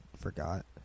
forgot